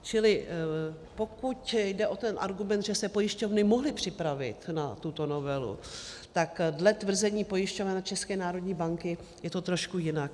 Čili pokud jde o ten argument, že se pojišťovny mohly připravit na tuto novelu, tak dle tvrzení pojišťoven a České národní banky je to trošku jinak.